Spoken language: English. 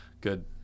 good